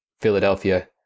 Philadelphia